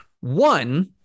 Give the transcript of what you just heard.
One